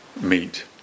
meet